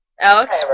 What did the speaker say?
Alex